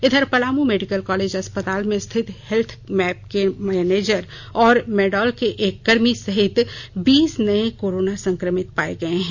इधर Palamu medical college अस्पताल में रिथत हेल्थमैप के मैनेजर और मेडॉल के एक कर्मी सहित बीस नये कोरोना संक्रमित पाए गए हैं